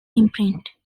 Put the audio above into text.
imprint